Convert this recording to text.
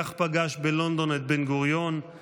כך פגש בלונדון את בן-גוריון,